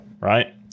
right